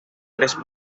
tres